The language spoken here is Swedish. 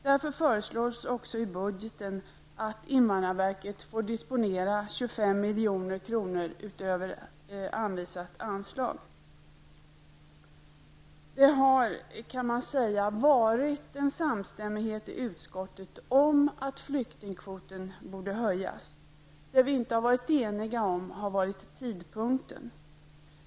Därför föreslås också i budgeten att invandrarverket får disponera 25 milj.kr. utöver det anvisade anslaget. Man kan säga att det i utskottet har varit en samstämmighet om att flyktingkvoten borde höjas. Det som vi inte har varit eniga om har gällt tidpunkten.